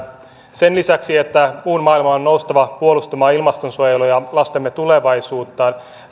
sen lisäksi että muun maailman on noustava puolustamaan ilmastonsuojelua ja lastemme tulevaisuutta